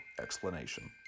explanation